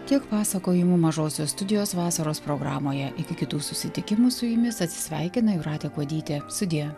tiek pasakojimų mažosios studijos vasaros programoje iki kitų susitikimų su jumis atsisveikina jūratė kuodytė sudie